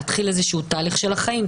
להתחיל איזשהו תהליך של החיים,